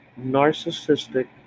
narcissistic